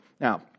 Now